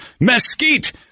mesquite